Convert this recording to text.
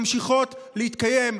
ממשיכים להתקיים.